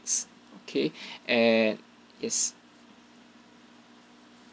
K at is